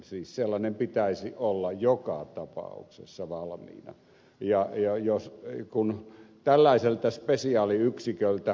siis sellainen pitäisi olla joka tapauksessa valmiina tällaisella spesiaaliyksiköllä jonka ed